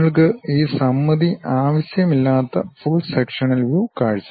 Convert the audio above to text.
നിങ്ങൾക്ക് ഈ സമമിതി ആവശ്യമില്ലാത്ത ഫുൾ സെക്ഷനൽ വ്യു കാഴ്ച